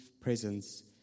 presence